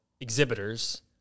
exhibitors